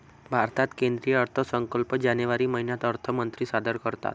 भारतात केंद्रीय अर्थसंकल्प जानेवारी महिन्यात अर्थमंत्री सादर करतात